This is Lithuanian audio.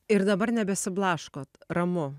ir dabar nebesiblaškot ramu